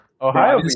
Ohio